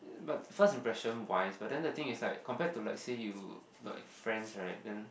but first impression wise but then the thing is like compared to like say you like friends right then